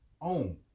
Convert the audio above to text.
own